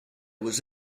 was